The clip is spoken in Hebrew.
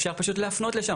אפשר פשוט להפנות לשם.